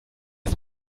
ist